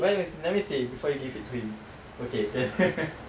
where is let me see before you give it to him okay